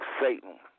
Satan